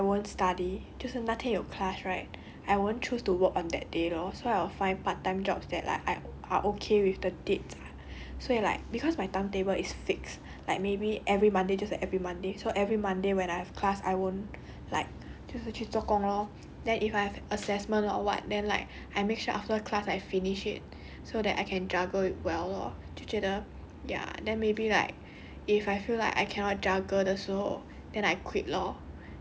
it's mainly like 就是 the day I go and work I won't study 就是那天有 class right I won't choose to work on that day lor so I'll find part time jobs that like are okay with the dates so you like cause my timetable is fixed like maybe every monday just like every monday so every monday when I've class I won't like 就是去做工 lor then if I've assessment or what then like I make sure after class like finish it so that I can juggle it well lor 我觉得 ya then maybe like